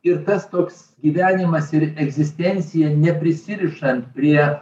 ir tas toks gyvenimas ir egzistencija neprisirišant prie